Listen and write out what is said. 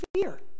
fear